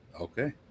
Okay